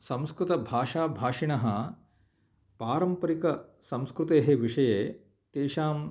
संस्कृतभाषाभाषिणः पारम्परिकसंस्कृतेः विषये तेषां